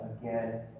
again